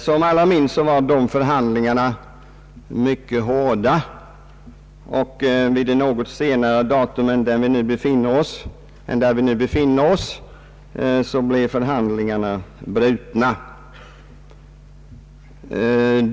Som alla minns var dessa förhandlingar mycket hårda, och vid ett något senare datum än där vi nu befinner oss blev förhandlingarna brutna.